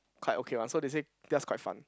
quite okay mah so they say that's quite fun